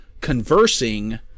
conversing